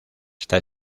está